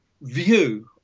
view